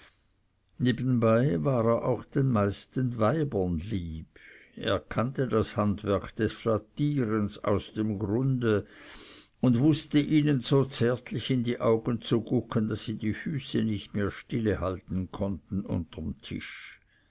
nebenbei war er auch den meisten weibern lieb er kannte das handwerk des flattierens aus dem grunde und wußte ihnen so zärtlich in die augen zu gucken daß sie die fuße nicht mehr stillehalten konnten unterm tische